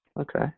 Okay